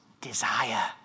desire